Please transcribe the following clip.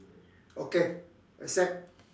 okay accept